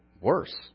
worse